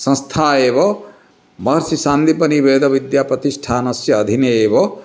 संस्था एव महर्षिसान्दीपनिवेदविद्याप्रतिष्ठानस्य अधीने एव